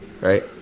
right